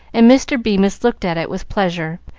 and mr. bemis looked at it with pleasure,